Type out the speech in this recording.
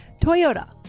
Toyota